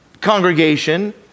congregation